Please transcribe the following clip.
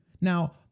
Now